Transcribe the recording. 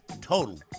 Total